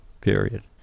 period